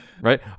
right